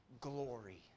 glory